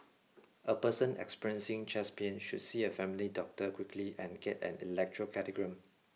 a person experiencing chest pain should see a family doctor quickly and get an electrocardiogram